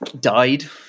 died